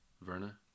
Verna